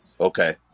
okay